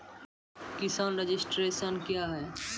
किसान रजिस्ट्रेशन क्या हैं?